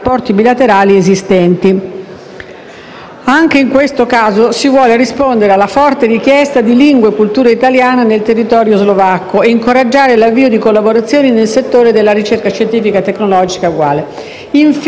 Anche in questo caso si vuole rispondere alla forte richiesta di lingua e cultura italiana nel territorio slovacco e incoraggiare l'avvio di collaborazioni nel settore della ricerca scientifica e tecnologica.